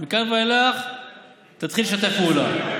מכאן ואילך תתחיל לשתף פעולה.